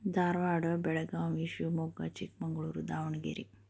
Dharwad Belagavi Shivamogga Chikkamagaluru Davanagere